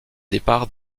départs